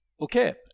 Okay